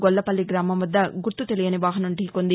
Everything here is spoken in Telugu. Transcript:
గొల్లపల్లి గ్రామం వద్ద గుర్తుతెలియని వాహనం ఢీకొంది